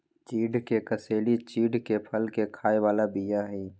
चिढ़ के कसेली चिढ़के फल के खाय बला बीया हई